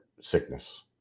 sickness